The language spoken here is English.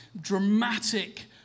dramatic